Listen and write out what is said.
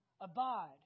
Abide